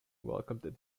welcomed